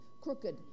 crooked